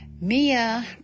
Mia